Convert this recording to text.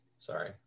Sorry